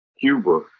Cuba